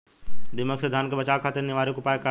दिमक से धान के बचावे खातिर निवारक उपाय का ह?